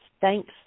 thanks